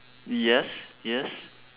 yes yes